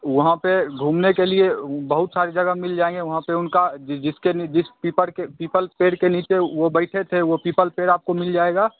वहाँ पर घूमने के लिए वो बहुत सारी जगह मिल जाएँगे वहाँ पर उनका जिसके नी जिस पीपल के पीपल पेड़ के नीचे वो बैठे थे वो पीपल पेड़ आपको मिल जाएगा